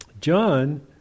John